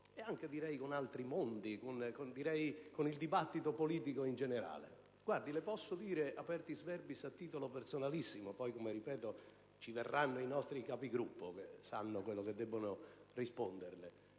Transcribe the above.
anche con altri mondi, con il dibattito politico in generale. Le posso dire, *apertis verbis*, a titolo personalissimo (poi, come ripeto, interverranno i nostri Capigruppo, che sanno quello che debbono risponderle),